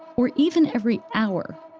or even every hour,